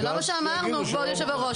זה לא מה שאמרנו, כבוד יושב הראש.